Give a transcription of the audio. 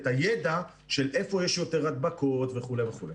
את הידע של איפה יש יותר הדבקות וכו' וכו'.